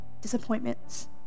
disappointments